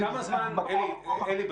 סביב ההדבקה --- אלי,